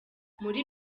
muri